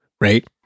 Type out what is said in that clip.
right